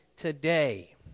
Today